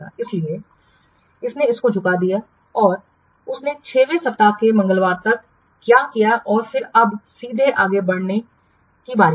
इसीलिए इसने इसको झुका दिया है कि उसने 6 वें सप्ताह के मंगलवार तक क्या किया है और फिर अब सीधे आगे बढ़ने की बारी है